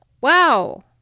Wow